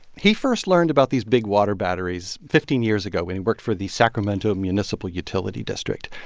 he first learned about these big water batteries fifteen years ago when he worked for the sacramento municipal utility district.